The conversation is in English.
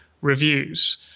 reviews